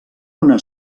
una